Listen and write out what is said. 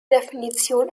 definition